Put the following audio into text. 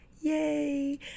Yay